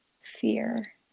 fear